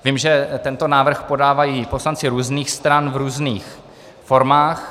Vím, že tento návrh podávají poslanci různých stran v různých formách.